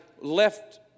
left